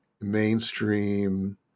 mainstream